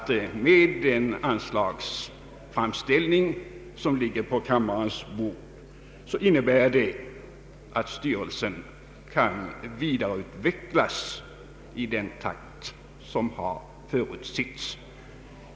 Med den anslagsframställning som ligger på kammarens bord kan verksamheten säkert också vidareutvecklas i den takt som har förutsetts.